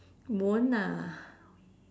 won't ah